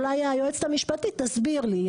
אולי היועצת המשפטית תסביר לי,